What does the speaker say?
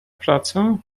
pracę